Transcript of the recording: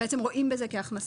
בעצם רואים את זה כהכנסה.